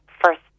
first